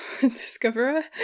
discoverer